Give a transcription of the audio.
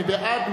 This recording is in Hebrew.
מי בעד?